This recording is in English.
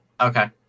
okay